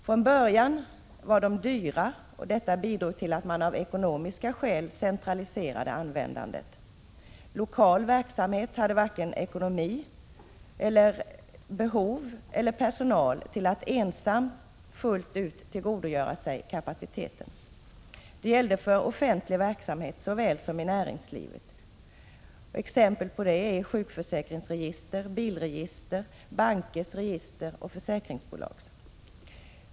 Från början var de dyra, och detta bidrog till att man av ekonomiska skäl centraliserade användandet. Lokal verksamhet hade varken ekonomi, behov eller personal för att ensam fullt ut tillgodogöra sig kapaciteten. Detta gällde för såväl offentlig verksamhet som näringslivet. Exempel på detta är sjukförsäkringsregister, bilregister, bankers register och försäkringsbolags.